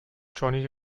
johnny